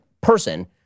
person